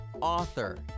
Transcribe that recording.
Author